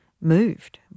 moved